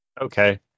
Okay